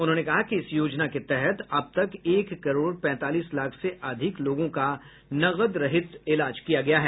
उन्होंने कहा कि इस योजना के तहत अब तक एक करोड़ पैंतालीस लाख से अधिक लोगों का नकदरहित इलाज किया गया है